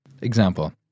Example